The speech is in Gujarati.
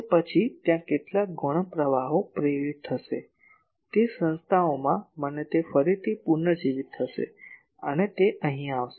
તે પછી ત્યાં કેટલાક ગૌણ પ્રવાહો પ્રેરિત થશે તે સંસ્થાઓમાં અને તે ફરીથી પુનર્જીવિત થશે અને તે અહીં આવશે